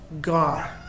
God